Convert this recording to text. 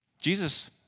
Jesus